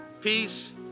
Peace